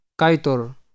kaitor